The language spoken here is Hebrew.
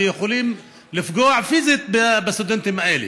ויכולים לפגוע פיזית בסטודנטים האלה.